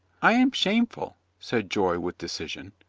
i am shameful, said joy with decision.